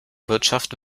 wirtschaft